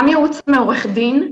גם ייעוץ מעורך דין.